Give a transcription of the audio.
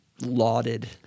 lauded